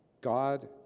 God